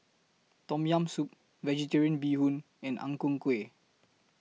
Tom Yam Soup Vegetarian Bee Hoon and Ang Ku Kueh